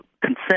consent